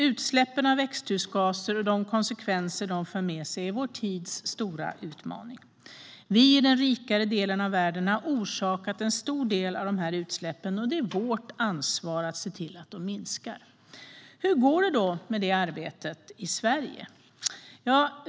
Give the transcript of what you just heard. Utsläppen av växthusgaser och de konsekvenser de för med sig är vår tids stora utmaning. Vi i den rikare delen av världen har orsakat en stor del av dessa utsläpp, och det är vårt ansvar att se till att de minskar. Hur går det då med det arbetet i Sverige?